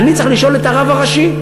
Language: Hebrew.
אני צריך לשאול את הרב הראשי.